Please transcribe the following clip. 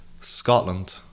Scotland